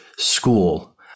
School